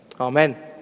Amen